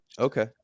Okay